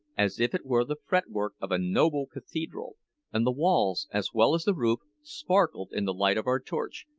as if it were the fretwork of a noble cathedral and the walls, as well as the roof, sparkled in the light of our torch,